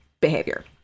behavior